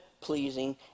pleasing